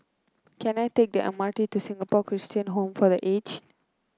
can I take the M R T to Singapore Christian Home for The Aged